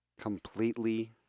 Completely